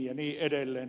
ja niin edelleen